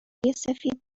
سفید